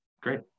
Great